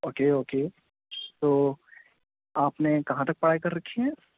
okay okay تو آپ نے کہاں تک پڑھائی کر رکھی ہے